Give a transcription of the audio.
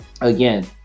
Again